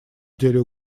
деле